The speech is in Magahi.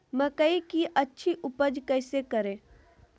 मकई की अच्छी उपज कैसे करे?